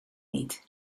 niet